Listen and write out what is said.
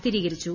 സ്ഥിരീകരിച്ചു